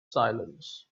silence